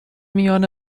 میان